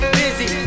busy